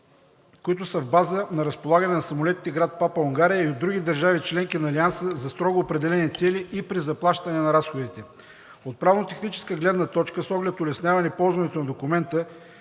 които са в базата на разполагане на самолетите – град Папа, Унгария, и от други държави – членки на Алианса, за строго определени цели и при заплащане на разходите. От правно-техническа гледна точка, с оглед улесняване ползването на документа,